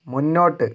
മുന്നോട്ട്